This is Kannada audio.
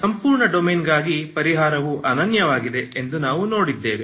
ಸಂಪೂರ್ಣ ಡೊಮೇನ್ಗಾಗಿ ಪರಿಹಾರವು ಅನನ್ಯವಾಗಿದೆ ಎಂದು ನಾವು ನೋಡಿದ್ದೇವೆ